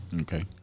Okay